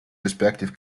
respective